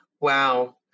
Wow